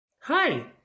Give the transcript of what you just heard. Hi